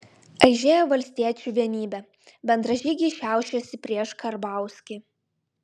aižėja valstiečių vienybė bendražygiai šiaušiasi prieš karbauskį